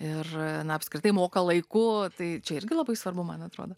ir na apskritai moka laiku tai čia irgi labai svarbu man atrodo